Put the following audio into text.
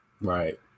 Right